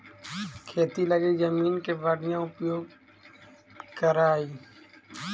खेती लगी जमीन के बढ़ियां उपयोग करऽ